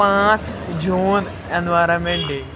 پانٛژھ جوٗن environment day